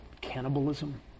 cannibalism